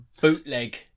bootleg